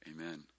Amen